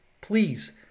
please